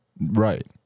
Right